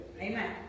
Amen